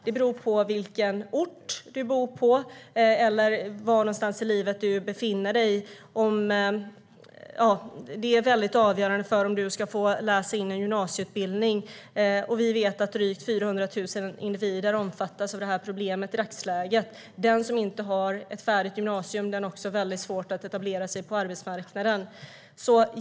Det beror på vilken ort du bor på eller var någonstans i livet du befinner dig. Det är väldigt avgörande för om du ska få läsa in en gymnasieutbildning. Vi vet att drygt 400 000 individer omfattas av problemet i dagsläget. Den som inte har gått färdigt gymnasiet har också väldigt svårt att etablera sig på arbetsmarknaden.